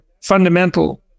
fundamental